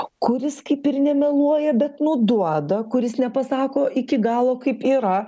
kuris kaip ir nemeluoja bet nuduoda kuris nepasako iki galo kaip yra